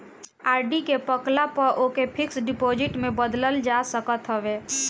RD के पकला पअ ओके फिक्स डिपाजिट में बदल जा सकत हवे